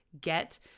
get